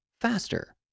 faster